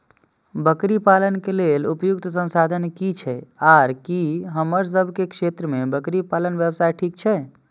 बकरी पालन के लेल उपयुक्त संसाधन की छै आर की हमर सब के क्षेत्र में बकरी पालन व्यवसाय ठीक छै?